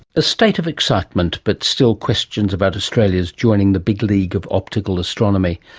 a state of excitement, but still questions about australia joining the big league of optical astronomy.